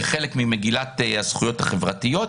כחלק ממגילת הזכויות החברתיות.